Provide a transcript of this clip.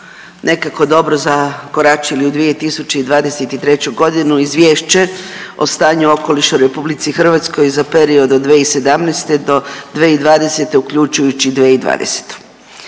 nekako dobro zakoračili u 2023. godinu Izvješće o stanju okoliša u RH za period od 2017. do 2020. uključujući i 2020.